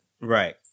right